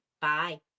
Bye